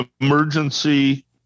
emergency